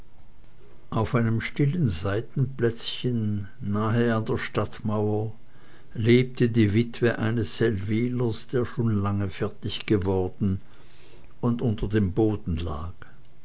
auf einem stillen seitenplätzchen nahe an der stadtmauer lebte die witwe eines seldwylers der schon lange fertig geworden und unter dem boden lag